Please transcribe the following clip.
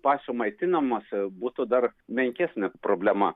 pačio maitinamosi būtų dar menkesnė problema